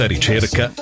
ricerca